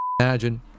Imagine